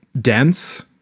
dense